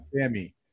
Sammy